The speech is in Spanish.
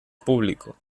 público